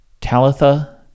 Talitha